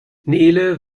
nele